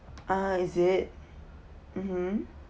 ah is it mmhmm